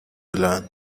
learn